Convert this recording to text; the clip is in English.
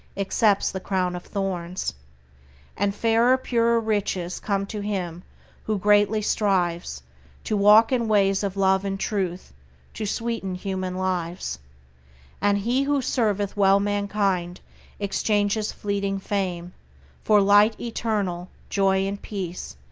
accepts the crown of thorns and fairer purer riches come to him who greatly strives to walk in ways of love and truth to sweeten human lives and he who serveth well mankind exchanges fleeting fame for light eternal, joy and peace,